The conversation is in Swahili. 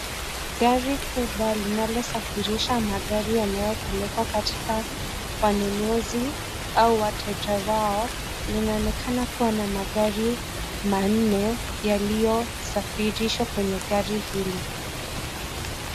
Gari kubwa linalosafirisha magari yanayopelekwa katika wanunuzi au wateja wao linaonekana kuwa na magari manne yaliyosafirishwa kwenye gari hili.